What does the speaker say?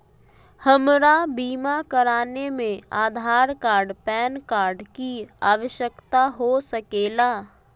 हमरा बीमा कराने में आधार कार्ड पैन कार्ड की आवश्यकता हो सके ला?